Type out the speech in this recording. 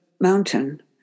mountain